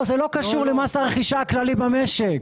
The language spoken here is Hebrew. לא, זה לא קשור למס הרכישה הכללי במשק.